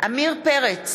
עמיר פרץ,